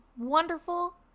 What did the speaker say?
wonderful